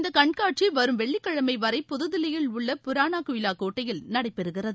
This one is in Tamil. இந்த கண்காட்சி வரும் வெள்ளிக்கிழமை வரை புதுதில்லியில் உள்ள புராணா குயிலா கோட்டையில் நடைபெறுகிறது